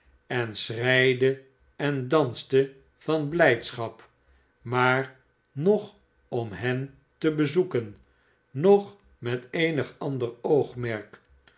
en schreide en danste van bujdschap maar noch om hen te bezoeken noch met eenig ander oogmerk